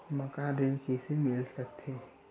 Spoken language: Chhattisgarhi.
मकान ऋण कइसे मिल सकथे?